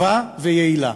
טובה ויעילה.